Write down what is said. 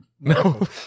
No